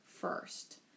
first